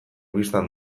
bistan